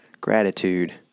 gratitude